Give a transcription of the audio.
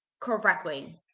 correctly